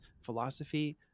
philosophy